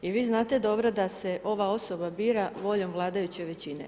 I vi znate dobro da se ova osoba bira voljom vladajuće većine.